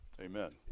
Amen